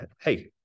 Hey